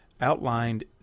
outlined